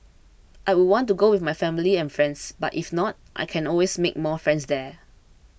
I would want to go with my family and friends but if not I can always make more friends there